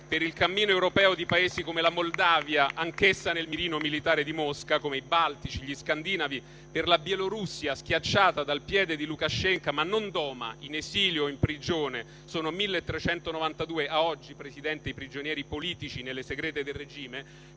per il cammino europeo di Paesi come la Moldavia, anch'essa nel mirino militare di Mosca, come i baltici e gli scandinavi; per la Bielorussia, schiacciata dal piede di Lukashenko ma non doma, in esilio o in prigione: a oggi, Presidente, sono 1.392 i prigionieri politici nelle segrete del regime;